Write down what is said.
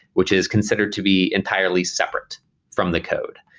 which is considered to be entirely separate from the code,